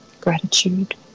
gratitude